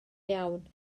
iawn